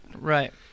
right